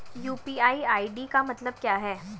UPI ID का मतलब क्या होता है?